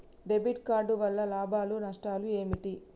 Debit card వల్ల లాభాలు నష్టాలు ఏమిటి?